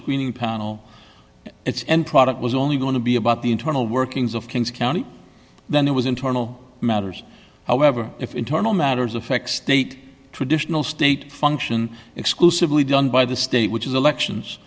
screening panel its end product was only going to be about the internal workings of kings county then it was internal matters however if internal matters affect state traditional state function exclusively done by the state which is elect